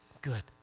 good